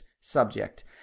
subject